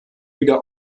wieder